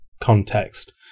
context